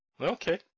Okay